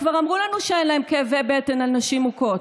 הם כבר אמרו לנו שאין להם כאבי בטן על נשים מוכות,